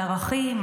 על ערכים,